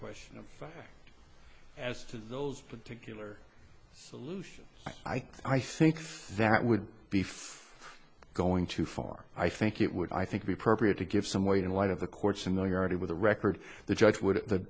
question of as to those particular solutions i think that would be for going too far i think it would i think be appropriate to give some weight in light of the courts in the yard with a record the judge would